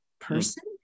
person